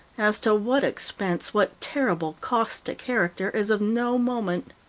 as to what expense, what terrible cost to character, is of no moment.